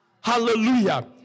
Hallelujah